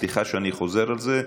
סליחה שאני חוזר על זה,